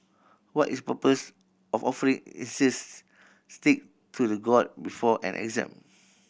what is purpose of offering incense stick to the god before an exam